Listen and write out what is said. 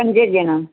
पंज ॼणा